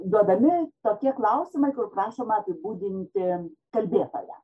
duodami tokie klausimai kur prašoma apibūdinti kalbėtoją